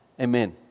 Amen